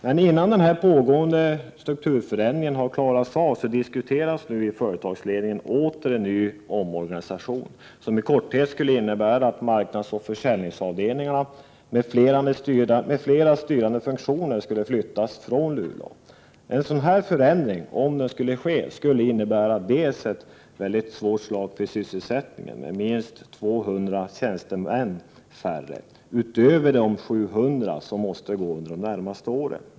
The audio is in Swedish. Men innan den pågående strukturförändringen har klarats av diskuteras nu i företagsledningen åter en ny omorganisation, som i korthet skulle innebära att marknadsoch försäljningsavdelningarna med flera styrande funktioner skulle flyttas från Luleå. En sådan förändring skulle innebära ett mycket svårt slag för sysselsättningen — minst 200 tjänstemän färre, förutom de 700 som måste gå under de närmaste åren.